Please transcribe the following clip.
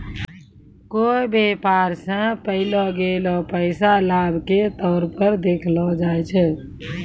कोय व्यापार स पैलो गेलो पैसा लाभ के तौर पर देखलो जाय छै